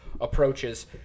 approaches